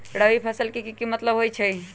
रबी फसल के की मतलब होई छई?